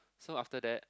so after that